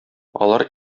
алар